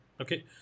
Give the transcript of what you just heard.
okay